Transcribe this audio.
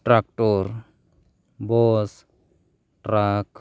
tractor bus truck